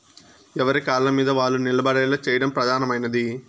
ఎవరి కాళ్ళమీద వాళ్ళు నిలబడేలా చేయడం ప్రధానమైనది